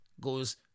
goes